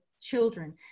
children